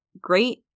great